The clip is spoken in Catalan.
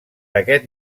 aquest